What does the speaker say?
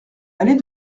allée